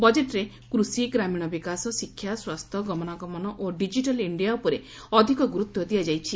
ବଜେଟ୍ରେ କୃଷି ଗ୍ରାମୀଣ ବିକାଶ ଶିକ୍ଷା ସ୍ୱାସ୍ଥ୍ୟ ଗମନାଗମନ ଓ ଡିକିଟାଲ୍ ଇଣ୍ଡିଆ ଉପରେ ଅଧିକ ଗୁରୁତ୍ ଦିଆଯାଇଛି